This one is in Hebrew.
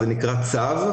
צו.